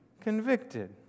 convicted